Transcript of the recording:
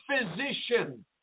physician